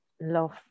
love